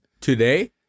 Today